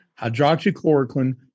Hydroxychloroquine